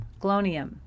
glonium